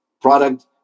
product